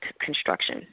construction